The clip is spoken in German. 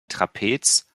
trapez